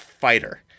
fighter